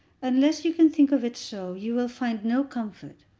unless you can think of it so, you will find no comfort.